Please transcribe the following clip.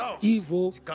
evil